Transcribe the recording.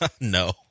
No